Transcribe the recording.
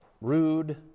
rude